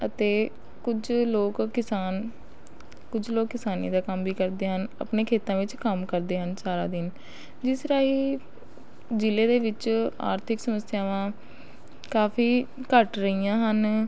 ਅਤੇ ਕੁਝ ਲੋਕ ਕਿਸਾਨ ਕੁਝ ਲੋਕ ਕਿਸਾਨੀ ਦਾ ਕੰਮ ਵੀ ਕਰਦੇ ਹਨ ਆਪਣੇ ਖੇਤਾਂ ਵਿੱਚ ਕੰਮ ਕਰਦੇ ਹਨ ਸਾਰਾ ਦਿਨ ਜਿਸ ਰਾਹੀਂ ਜ਼ਿਲ੍ਹੇ ਦੇ ਵਿੱਚ ਆਰਥਿਕ ਸਮੱਸਿਆਵਾਂ ਕਾਫੀ ਘੱਟ ਰਹੀਆਂ ਹਨ